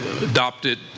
adopted